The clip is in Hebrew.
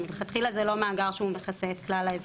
מלכתחילה זה לא מאגר שמכסה את כלל האזרחים.